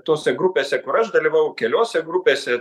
tose grupėse kur aš dalyvavau keliose grupėse